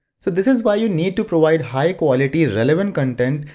so this is why you need to provide high quality relevant content,